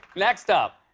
next up.